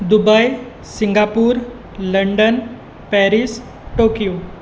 Dubai Singapore London Paris Tokyo